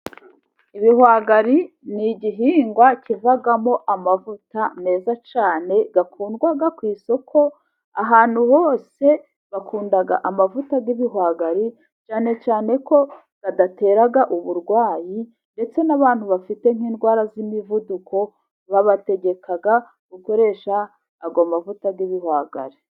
Ibihwagari ni igihingwa kivamo amavuta meza cyane akundwa ku isoko. Ahantu hose bakunda amavuta y'ibihwagari, cyane cyane ko adatera uburwayi. Ndetse n'abantu bafite nk'indwara z'imivuduko babategeka gukoresha ayo mavuta y'ibihwagari.